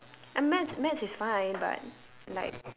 uh maths maths is fine but like